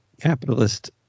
capitalist